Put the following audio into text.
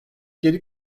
geri